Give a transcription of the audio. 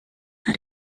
had